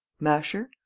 masher.